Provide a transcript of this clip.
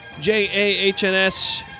J-A-H-N-S